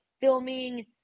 filming